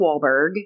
Wahlberg